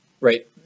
right